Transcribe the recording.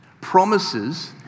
Promises